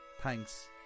Thanks